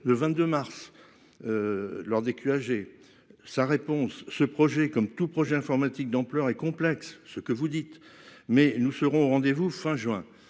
Le 22 mars. Lors. Sa réponse ce projet comme tout projet informatique d'ampleur et complexe. Ce que vous dites mais nous serons au rendez-vous fin juin.